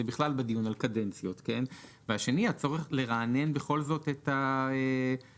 ושניים - הצורך לרענן את הרכב המועצה.